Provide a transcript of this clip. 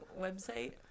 website